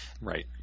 Right